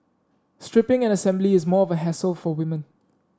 stripping and assembly is more of a hassle for women